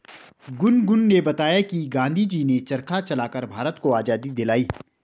गुनगुन ने बताया कि गांधी जी ने चरखा चलाकर भारत को आजादी दिलाई